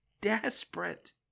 desperate